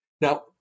Now